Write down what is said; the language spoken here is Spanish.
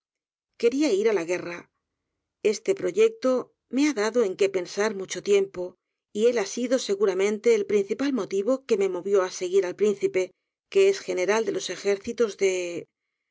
quería ir á la guerra este proyecto me ha dado en qué pensar mucho tiempo y él ha sido seguramente el principal motivo que me movió á seguir al principe que es general de los ejércitos de